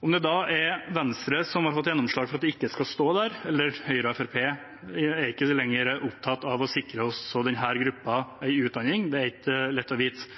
Om det da er Venstre som har fått gjennomslag for at det ikke skal stå der, eller om det er Høyre og Fremskrittspartiet som ikke lenger er opptatt av å sikre også denne gruppen en utdanning, er ikke lett